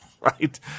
right